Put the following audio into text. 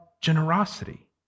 generosity